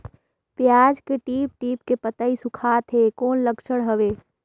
पियाज के टीप टीप के पतई सुखात हे कौन लक्षण हवे?